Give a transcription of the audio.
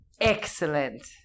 excellent